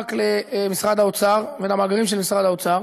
ורק למשרד האוצר ולמאגרים של משרד האוצר,